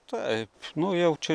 taip nu jau čia